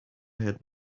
had